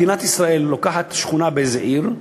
מדינת ישראל לוקחת שכונה באיזה עיר,